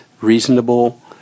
reasonable